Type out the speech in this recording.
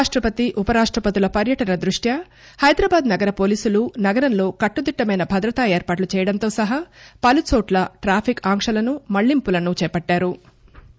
రాష్టపతి ఉపరాష్టపతుల పర్యటన దృష్ట్యా హైదరాబాద్ నగర పోలీసులు నగరంలో కట్టుదిట్టమైన భద్రతా ఏర్పాట్లు చేయడంతో సహా పలుచోట్ల ట్రాఫిక్ ఆంక్షలను మళ్లింపులను చేపట్టారు